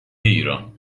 ایران